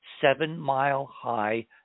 seven-mile-high